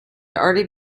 already